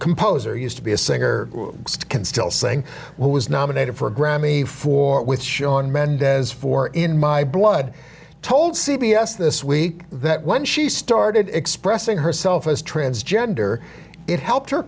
composer used to be a singer can still sing well was nominated for a grammy for with shawn mendez for in my blood told c b s this week that when she started expressing herself as transgender it helped her